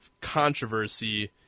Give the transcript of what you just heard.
controversy